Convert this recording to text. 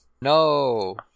No